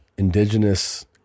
indigenous